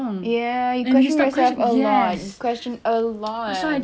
so I just stared at her you know anyway we're at the drinks stall so the uncle heard everything